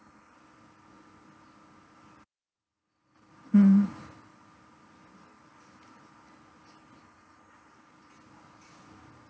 mm